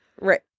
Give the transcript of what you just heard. right